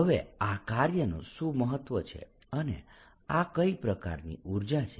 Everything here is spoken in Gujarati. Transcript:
હવે આ કાર્યનું શું મહત્વ છે અને આ કઈ પ્રકારની ઊર્જા છે